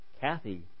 Kathy